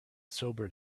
sobered